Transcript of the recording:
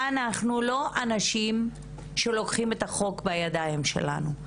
אנחנו לא אנשים שלוקחים את החוק בידיים שלנו.